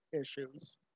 issues